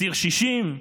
ציר 60,